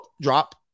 drop